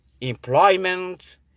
Employment